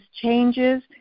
changes